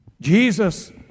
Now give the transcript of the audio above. Jesus